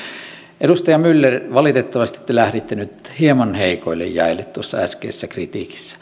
mutta edustaja myller valitettavasti te lähditte nyt hieman heikoille jäille tuossa äskeisessä kritiikissä